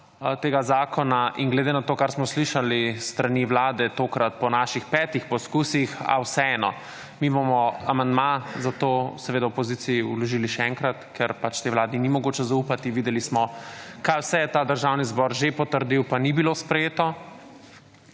tega zakona in glede na to kar smo slišali s strani Vlade, tokrat po naših petih poizkusih, a vseeno, mi bomo amandma za to seveda v opoziciji vložili še enkrat, ker pač tej Vladi ni mogoče zaupati. Videli smo kaj vse je ta Državni zbor že potrdil, pa ni bilo sprejeto.